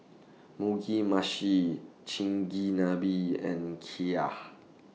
Mugi Meshi Chigenabe and Kheer